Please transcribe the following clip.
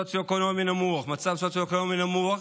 מצב סוציו-אקונומי נמוך,